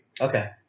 okay